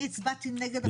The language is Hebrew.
אני הצבעתי נגד החוק הזה.